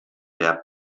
der